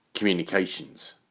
communications